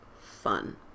fun